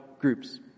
groups